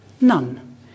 none